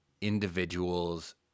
individuals